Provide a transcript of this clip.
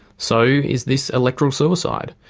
so is this electoral suicide?